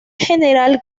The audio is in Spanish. general